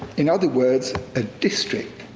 in other words, a district.